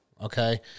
Okay